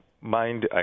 mind